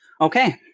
Okay